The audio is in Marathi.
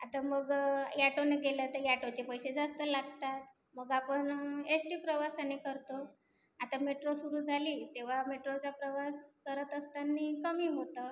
आता मग यॅटोनं गेलं तर यॅटोचे पैसे जास्त लागतात मग आपण एश्टी प्रवासाने करतो आता मेट्रो सुरू झाली तेव्हा मेट्रोचा प्रवास करत असताना कमी होतं